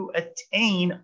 attain